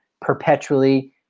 perpetually